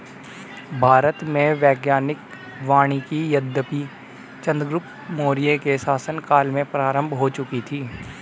भारत में वैज्ञानिक वानिकी यद्यपि चंद्रगुप्त मौर्य के शासन काल में प्रारंभ हो चुकी थी